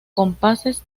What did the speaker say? compases